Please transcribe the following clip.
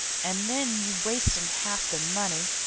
an' then you wastin' half the money.